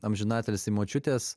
amžinatilsį močiutės